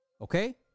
Okay